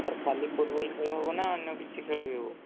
sir ଖାଲି football ଖେଳ ହେବ ନା ଅନ୍ୟ କିଛି ଖେଳ ବି ହେବ